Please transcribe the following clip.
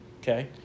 Okay